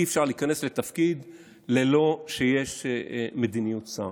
אי-אפשר להיכנס לתפקיד ללא שיש מדיניות שר.